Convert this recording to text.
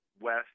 West